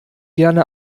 gerne